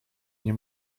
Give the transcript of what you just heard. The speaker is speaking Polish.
nie